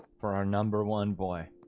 for our number one boy